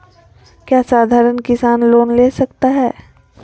क्या साधरण किसान लोन ले सकता है?